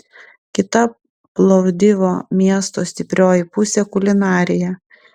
kita plovdivo miesto stiprioji pusė kulinarija